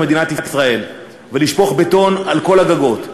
מדינת ישראל ולשפוך בטון על כל הגגות,